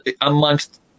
amongst